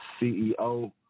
CEO